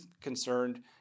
concerned